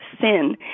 sin